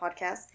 podcast